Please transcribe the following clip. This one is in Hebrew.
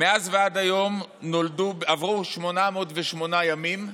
מאז ועד היום עברו 808 ימים,